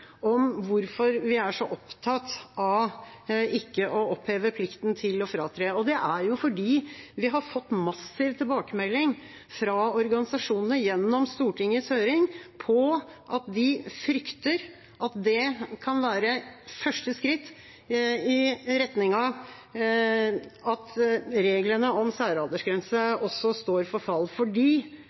om hvorfor vi er så opptatt av ikke å oppheve plikten til å fratre. Det er fordi vi gjennom Stortingets høring har fått massiv tilbakemelding fra organisasjonene på at de frykter at det kan være første skritt i retning av at reglene om særaldersgrense også står for fall, fordi